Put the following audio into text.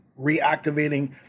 reactivating